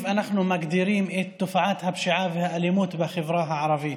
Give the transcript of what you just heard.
אנחנו מגדירים את תופעת הפשיעה והאלימות בחברה הערבית.